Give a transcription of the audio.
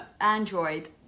Android